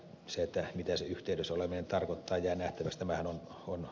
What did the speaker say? se mitä se yhteydessä oleminen tarkoittaa jää nähtäväksi